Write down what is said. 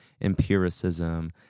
empiricism